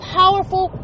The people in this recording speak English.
powerful